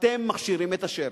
אתם מכשירים את השרץ.